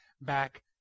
back